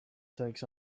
takes